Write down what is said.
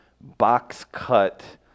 box-cut